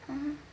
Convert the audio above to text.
oh